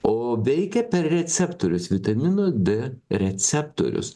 o veikia per receptorius vitamino d receptorius